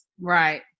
right